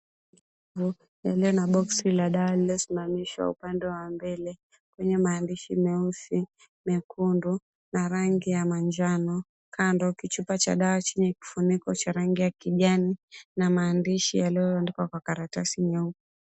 ...lililo na boxi la dawa lililosimamishwa upande wa mbele kwenye maandishi meusi, mekundu na rangi ya manjano. Kando, kichupa cha dawa chenye kifuniko cha rangi ya kijani na maandishi yaliyoandikwa kwa karatasi nyeupe.